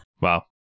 Wow